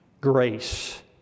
Grace